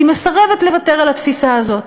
היא מסרבת לוותר על התפיסה הזאת,